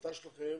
ההחלטה שלכם